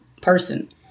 person